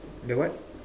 the what